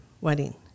wedding